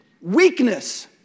weakness